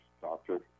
doctor